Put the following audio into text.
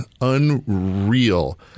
unreal